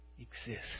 exist